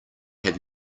have